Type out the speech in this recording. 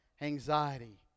anxiety